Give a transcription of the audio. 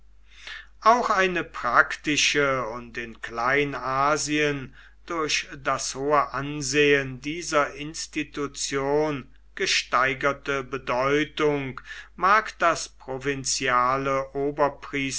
auch eine praktische und in kleinasien durch das hohe ansehen dieser institution gesteigerte bedeutung mag das